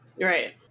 right